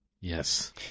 Yes